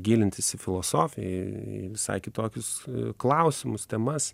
gilintis į filosofiją į visai kitokius klausimus temas